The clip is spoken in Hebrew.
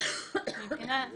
מבחינת התכלית,